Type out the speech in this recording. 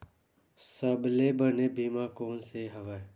सबले बने बीमा कोन से हवय?